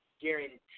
guarantee